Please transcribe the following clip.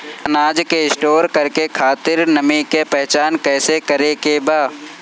अनाज के स्टोर करके खातिर नमी के पहचान कैसे करेके बा?